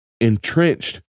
entrenched